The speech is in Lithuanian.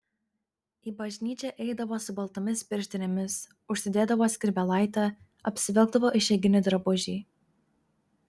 į bažnyčią eidavo su baltomis pirštinėmis užsidėdavo skrybėlaitę apsivilkdavo išeiginį drabužį